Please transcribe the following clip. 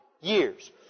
years